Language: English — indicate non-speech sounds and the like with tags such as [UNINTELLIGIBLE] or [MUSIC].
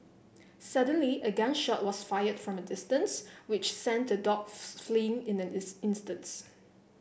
suddenly a gun shot was fired from a distance which sent the dogs [UNINTELLIGIBLE] fleeing in an instant